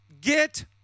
Get